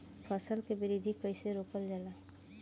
फसल के वृद्धि कइसे रोकल जाला?